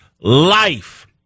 life